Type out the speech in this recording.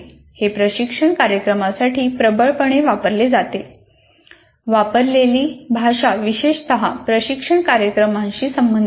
हे प्रशिक्षण कार्यक्रमांसाठी प्रबळपणे वापरले जाते वापरलेली भाषा विशेषतः प्रशिक्षण कार्यक्रमांशी संबंधित असते